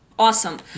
Awesome